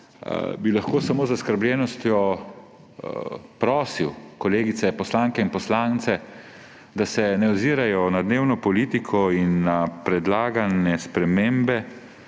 bi lahko samo z zaskrbljenostjo prosil kolegice poslanke in poslance, da se ne ozirajo na dnevno politiko in na predlagane spremembe,